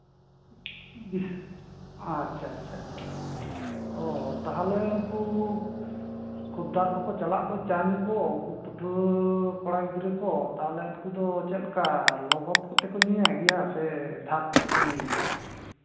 ᱚ ᱟᱪᱪᱷᱟ ᱟᱪᱪᱷᱟ ᱚ ᱛᱟᱦᱞᱮ ᱩᱱᱠᱩ ᱠᱷᱩᱫᱽᱫᱟᱨ ᱠᱚᱠᱚ ᱪᱟᱞᱟᱜ ᱫᱚ ᱪᱟ ᱧᱩ ᱠᱚ ᱯᱟᱹᱴᱷᱩᱣᱟᱹ ᱠᱚᱲᱟ ᱜᱤᱫᱽᱨᱟᱹ ᱠᱚ ᱛᱟᱦᱞᱮ ᱩᱱᱠᱩ ᱫᱚ ᱪᱮᱫ ᱞᱮᱠᱟ ᱞᱚᱜᱚᱫ ᱠᱟᱛᱮᱫ ᱠᱚ ᱧᱩᱭ ᱜᱮᱭᱟ ᱥᱮ ᱫᱷᱟᱨ ᱠᱚᱛᱮ ᱠᱚ ᱧᱩᱭ ᱜᱮᱭᱟ